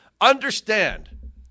understand